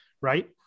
right